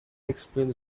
explained